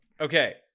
Okay